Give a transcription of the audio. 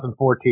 2014